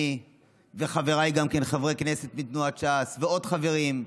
אני וחבריי, חברי כנסת מתנועת ש"ס ועוד חברים,